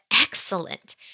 excellent